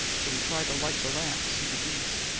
so he tried to light the lamp to see the deeds.